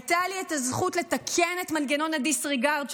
הייתה לי הזכות לתקן את מנגנון הדיסרגרד,